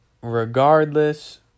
regardless